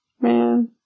Man